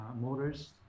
motors